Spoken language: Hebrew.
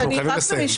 אנחנו חייבים לסיים.